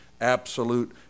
absolute